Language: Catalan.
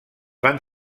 van